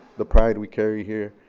the pride we carry here,